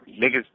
niggas